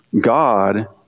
God